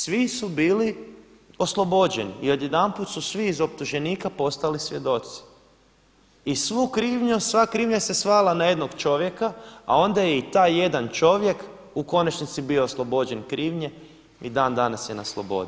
Svi su bili oslobođeni i odjedanput su svi iz optuženika postali svjedoci i svu krivnju, sva krivnja se svela na jednog čovjeka a onda je i taj jedan čovjek u konačnici bio oslobođen krivnje i dan danas je na slobodi.